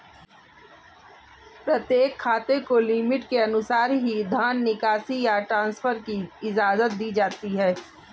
प्रत्येक खाते को लिमिट के अनुसार ही धन निकासी या ट्रांसफर की इजाजत दी जाती है